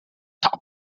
top